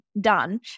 done